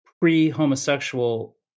pre-homosexual